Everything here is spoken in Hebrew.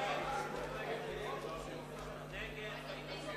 ההצעה להסיר מסדר-היום את הצעת חוק קליטת חיילים משוחררים (תיקון,